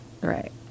right